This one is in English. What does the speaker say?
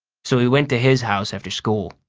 so we went to his house after school.